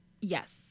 Yes